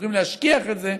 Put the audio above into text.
בוחרים להשכיח את זה,